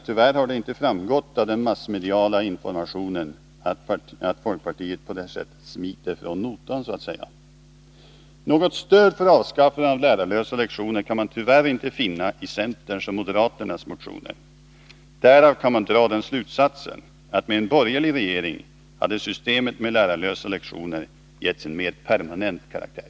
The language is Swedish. Tyvärr har det inte framgått av den massmediala informationen att folkpartiet på detta sätt så att säga smiter från notan. Något stöd för ett avskaffande av lärarlösa lektioner kan man tyvärr inte finna i centerns och moderaternas motioner. Därav kan man dra den slutsatsen att med en borgerlig regering hade systemet med lärarlösa lektioner getts en mera permanent karaktär.